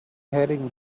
heading